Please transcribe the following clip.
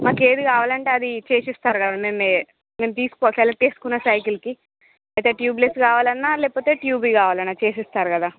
మాకు ఏది కావాలంటే అది చేసిస్తారు కదా మేమే మేము తీసుకు సెలెక్ట్ చేసుకున్న సైకిల్కి అయితే ట్యూబ్లెస్ కావాలన్నా లేకపోతే ట్యూబువి కావాలన్నా చేసిస్తారు కదా